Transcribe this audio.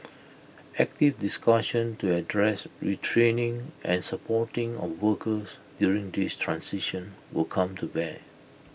active discussion to address retraining and supporting of workers during this transition will come to bear